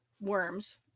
worms